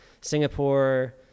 Singapore